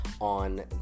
on